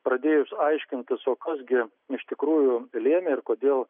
pradėjus aiškintis o kas gi iš tikrųjų lėmė ir kodėl